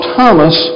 Thomas